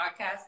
podcast